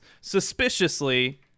suspiciously